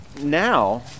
now